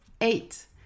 Eight